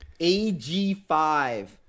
AG5